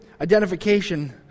identification